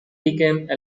became